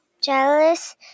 jealous